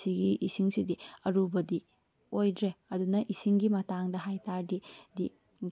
ꯁꯤꯒꯤ ꯏꯁꯤꯡꯁꯤꯗꯤ ꯑꯔꯨꯕꯗꯤ ꯑꯣꯏꯗ꯭ꯔꯦ ꯑꯗꯨꯅ ꯏꯁꯤꯡꯒꯤ ꯃꯇꯥꯡꯗ ꯍꯥꯏꯕꯇꯥꯔꯗꯤ